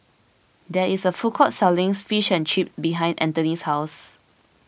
there is a food court selling Fish and Chips behind Anthony's house